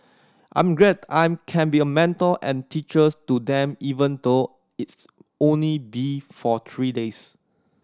I'm glad I'm can be a mentor and teachers to them even though it's only be for three days